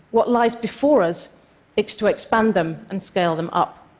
what lies before us is to expand them and scale them up.